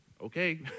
Okay